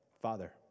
Father